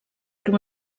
per